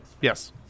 Yes